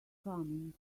coming